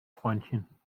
freundchen